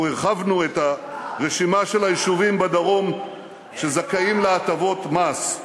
אנחנו הרחבנו את הרשימה של היישובים בדרום שזכאים להטבות מס.